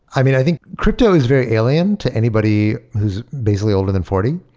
i think crypto is very alien to anybody who's basically older than forty.